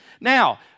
Now